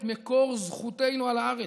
את מקור זכותנו על הארץ,